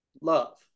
love